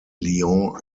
lyon